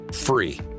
free